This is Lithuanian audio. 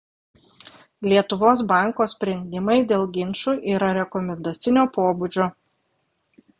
lietuvos banko sprendimai dėl ginčų yra rekomendacinio pobūdžio